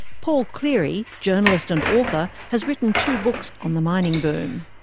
paul cleary, journalist and author, has written two books on the mining boom.